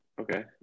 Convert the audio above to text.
Okay